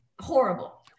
horrible